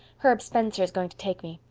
herb spencer's going to take me.